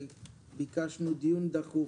ביקשנו דיון דחוף